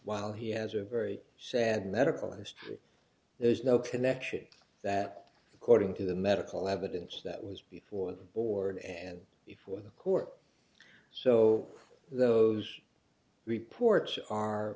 while he has a very sad medical history there's no connection that according to the medical evidence that was before the board and before the court so those reports are